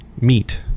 meat